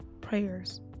prayers